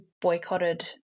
boycotted